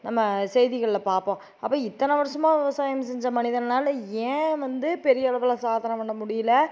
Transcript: நம்ம செய்திகளில் பார்ப்போம் அப்போ இத்தனை வருசமாக விவசாயம் செஞ்ச மனிதனால் ஏன் வந்து பெரிய அளவில் சாதனை பண்ண முடியல